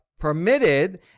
Permitted